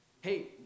Hey